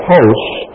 Hosts